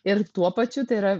ir tuo pačiu tai yra